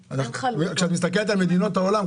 כשאת מסתכלת על מדינות העולם,